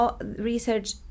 Research